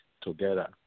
together